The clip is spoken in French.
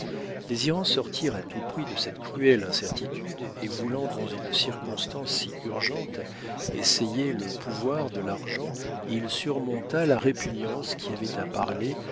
désirant sortir à tout prix de cette cruelle incertitude et voulant dans une circonstance si urgente essayer le pouvoir de l'argent il surmonta la répugnance qu'il avait à parler